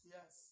Yes